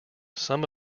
some